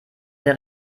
der